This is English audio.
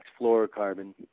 fluorocarbon